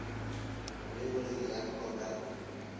ಬೆಳಿಗೊಳಿಗಿ ಯಾಕ ಗೊಬ್ಬರ ಹಾಕಬೇಕು?